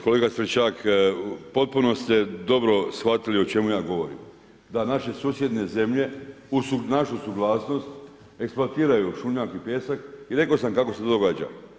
Kolega Stričak, potpuno ste dobro shvatili o čemu ja govorim, da naše susjedne zemlje uz našu suglasnost eksploatiraju šljunak i pijesak i rekao sam kako se to događa.